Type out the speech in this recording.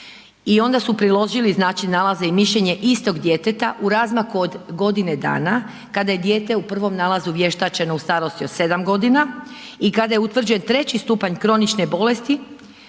I onda su priložili, znači, nalaze i mišljenje istog djeteta u razmaku od godine dana, kada je dijete u 1. nalazu vještačeno u starosti od 7 godina i kada je utvrđen 3. stupanj kronične bolesti